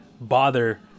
bother